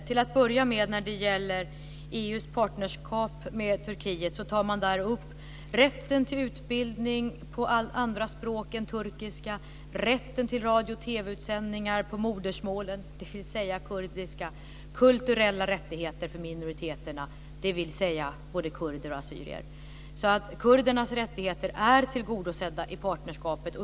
Fru talman! När det gäller EU:s partnerskap med Turkiet tar man upp rätten till utbildning på andra språk än turkiska. Man tar upp rätten till radio och TV-utsändningar på modersmålet, dvs. kurdiska. Man tar upp kulturella rättigheter för minoriteter, dvs. både kurder och assyrier. Kurdernas rättigheter är tillgodosedda i partnerskapet.